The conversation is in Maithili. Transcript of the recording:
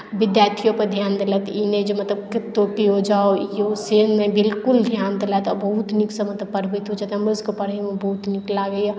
विद्यार्थियोपर ध्यान देलक ई नहि जे मतलब कतहु कियो जाउ से नहि बिलकुल ध्यान देलथि आ बहुत नीकसँ मतलब पढ़बितो छथि हमरोसभके पढ़यमे बहुत नीक लागैए